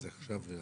זו השאלה.